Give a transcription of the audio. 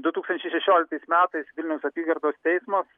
du tūkstančiai šešioliktais metais vilniaus apygardos teismas